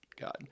God